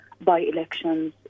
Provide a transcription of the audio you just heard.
by-elections